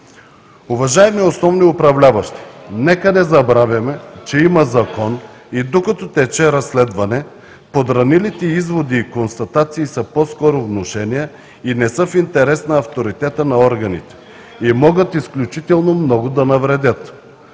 Уважаеми основни управляващи, нека да не забравяме, че има закон и докато тече разследване, подранилите изводи и констатации са по-скоро внушения и не са в интерес на авторитета на органите и могат изключително много да навредят.